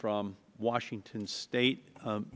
from washington state